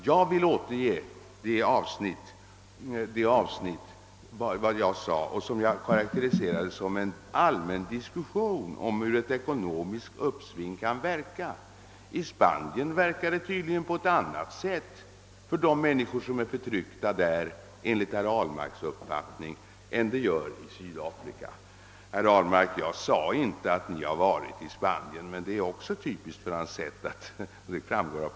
Jag vill återge vad jag sade i det avsnittet, som var en allmän diskussion om hur ett ekonomiskt uppsving kan verka. I Spanien verkar det tydligen på ett annat sätt för de mäniskor som är förtryckta där, enligt herr Ahlmarks uppfattning, än det gör i Sydafrika. Herr Ahlmark, jag sade för resten inte att ni har varit i Spanien. Det är också typiskt för herr Ahlmarks sätt att resonera.